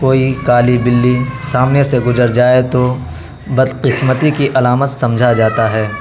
کوئی کالی بلّی سامنے سے گزر جائے تو بد قسمتی کی علامت سمجھا جاتا ہے